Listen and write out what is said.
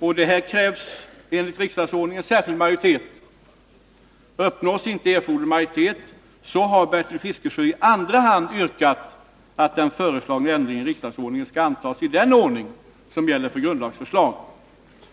Härför krävs enligt riksdagsordningen särskild majoritet. Uppnås inte erforderlig majoritet har Bertil Fiskesjö i andra hand yrkat att den föreslagna ändringen i riksdagsordningen skall antas i den ordning som gäller för grundlagsförslag,